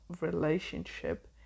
relationship